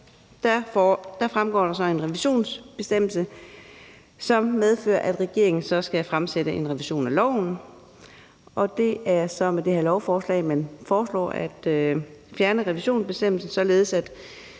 lov fremgår der en revisionsbestemmelse, som medfører, at regeringen skal fremsætte forslag om revision af loven, og det er så med det her lovforslag, at man foreslår at fjerne revisionsbestemmelsen, således